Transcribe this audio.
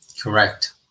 Correct